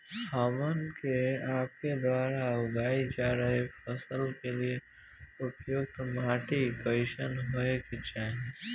हमन के आपके द्वारा उगाई जा रही फसल के लिए उपयुक्त माटी कईसन होय के चाहीं?